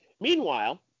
Meanwhile